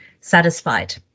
satisfied